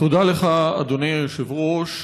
תודה לך, אדוני היושב-ראש.